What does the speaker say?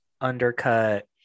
undercut